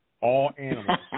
all-animals